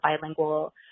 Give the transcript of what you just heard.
bilingual